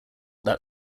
that